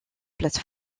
plates